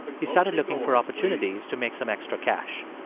he started looking for opportunities to make some extra cash.